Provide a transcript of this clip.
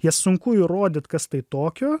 jas sunku įrodyt kas tai tokio